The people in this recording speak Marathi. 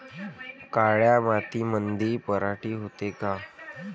काळ्या मातीमंदी पराटी होते का?